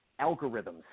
algorithms